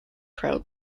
crowd